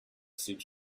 suit